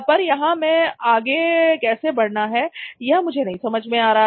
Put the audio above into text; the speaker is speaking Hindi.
पर यहां से आगे कैसे बढ़ना है यह मुझे नहीं समझ में आ रहा है